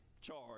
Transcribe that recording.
charge